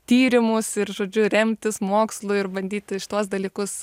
tyrimus ir žodžiu remtis mokslu ir bandyti šituos dalykus